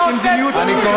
אשר תוקפים את מדיניות הממשלה,